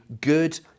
good